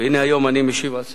והנה היום אני משיב על סח'נין,